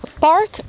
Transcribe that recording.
park